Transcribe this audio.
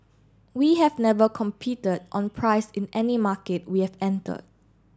we have never competed on price in any market we have entered